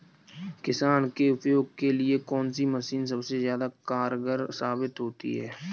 किसान के उपयोग के लिए कौन सी मशीन सबसे ज्यादा कारगर साबित होती है?